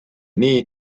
nii